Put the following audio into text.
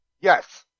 Yes